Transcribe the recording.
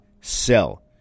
sell